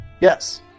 yes